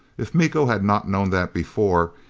if miko had not known that before,